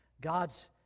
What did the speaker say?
God's